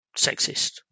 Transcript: sexist